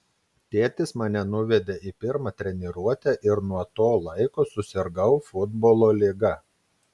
tėtis mane nuvedė į pirmą treniruotę ir nuo to laiko susirgau futbolo liga